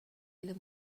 پول